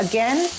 Again